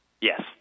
Yes